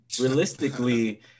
realistically